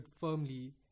firmly